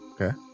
Okay